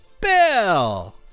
Bill